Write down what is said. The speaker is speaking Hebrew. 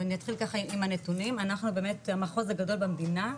ואני אתחיל עם הנתונים אנחנו באמת המחוז הגדול במדינה,